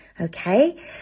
Okay